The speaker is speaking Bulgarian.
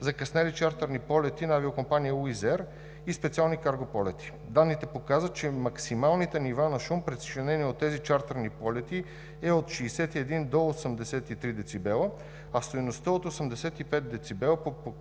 закъснели чартърни полети на авиокомпания Wizz Air и специални карго полети. Данните показват, че максималните нива на шум, причинени от тези чартърни полети е от 61 до 83 децибела, а стойността от 85